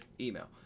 email